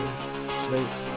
space